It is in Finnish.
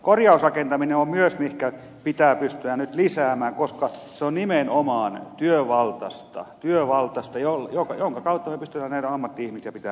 korjausrakentaminen on myös se mihin pitää pystyä nyt lisäämään koska se on nimenomaan työvaltaista jonka kautta me pystymme näitä ammatti ihmisiä pitämään töissä